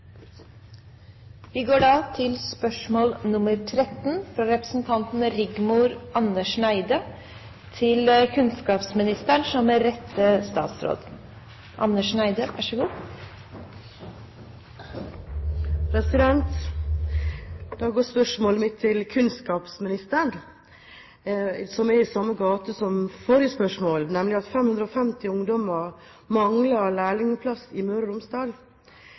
Vi går da til spørsmål 13. Dette spørsmålet, fra representanten Rigmor Andersen Eide til arbeidsministeren, er overført til kunnskapsministeren som rette vedkommende. Da går spørsmålet mitt, som er i samme gate som forrige spørsmål, til kunnskapsministeren: «550 ungdommer mangler lærlingplass i Møre og Romsdal.